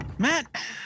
Matt